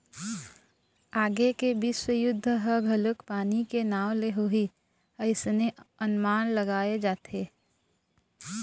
आगे के बिस्व युद्ध ह घलोक पानी के नांव ले होही अइसने अनमान लगाय जाथे